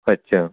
अच्छा